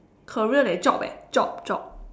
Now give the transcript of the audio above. career leh job eh job job